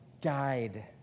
died